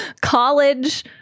college